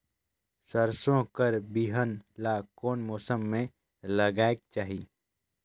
सरसो कर बिहान ला कोन मौसम मे लगायेक चाही?